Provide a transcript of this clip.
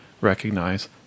recognize